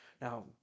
Now